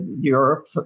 Europe